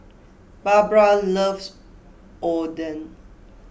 Barbra loves Oden